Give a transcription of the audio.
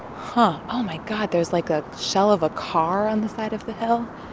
and oh, my god. there's like a shell of a car on the side of the hill.